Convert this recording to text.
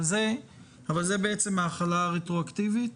זאת ההחלה הרטרואקטיבית?